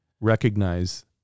recognize